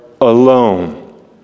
alone